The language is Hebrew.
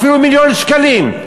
אפילו מיליון שקלים.